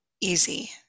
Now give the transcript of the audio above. easy